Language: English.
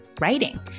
writing